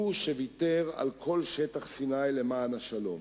הוא שוויתר על כל שטח סיני למען השלום.